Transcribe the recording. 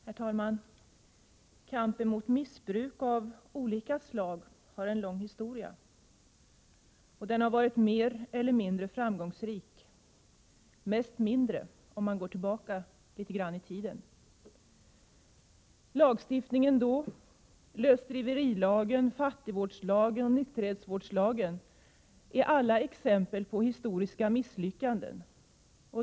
Herr talman! Kampen mot missbruk av olika slag har en lång historia. Den har varit mer eller mindre framgångsrik. Mest mindre, om man går tillbaka litet grand i tiden. Lagarna då, lösdriverilagen, fattigvårdslagen och nykterhetsvårdslagen, är alla exempel på historiska misslyckanden.